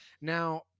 Now